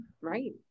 right